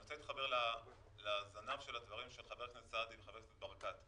אני רוצה להתחבר לזנב של הדברים של חבר הכנסת סעדי וחבר הכנסת ברקת.